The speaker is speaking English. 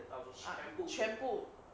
ah 全部